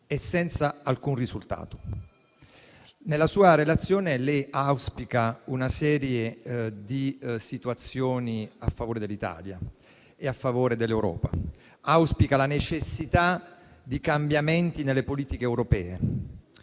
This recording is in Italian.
e senza alcun risultato. Nella sua relazione lei auspica una serie di situazioni a favore dell'Italia e a favore dell'Europa: auspica la necessità di cambiamenti nelle politiche europee;